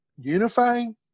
unifying